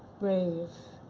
brave,